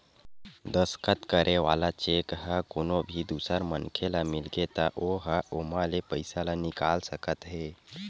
दस्कत करे वाला चेक ह कोनो भी दूसर मनखे ल मिलगे त ओ ह ओमा ले पइसा ल निकाल सकत हे